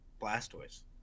Blastoise